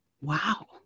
Wow